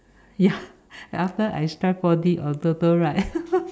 ya after I strike four-D or TOTO right